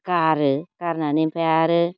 गारो गारनानै ओमफ्राय आरो